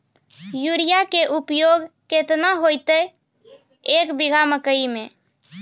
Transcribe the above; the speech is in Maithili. यूरिया के उपयोग केतना होइतै, एक बीघा मकई मे?